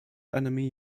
enemy